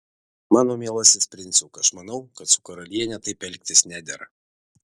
mano mielasis princiuk aš manau kad su karaliene taip elgtis nedera